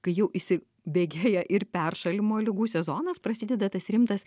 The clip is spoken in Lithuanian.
kai jau įsibėgėja ir peršalimo ligų sezonas prasideda tas rimtas